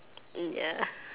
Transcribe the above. mm ya